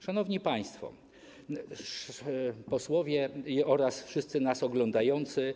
Szanowni państwo posłowie oraz wszyscy nas oglądający!